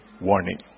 warning